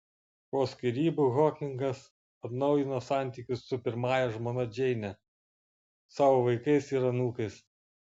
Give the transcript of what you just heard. po skyrybų hokingas atnaujino santykius su pirmąja žmona džeine savo vaikais ir anūkais